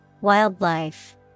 Wildlife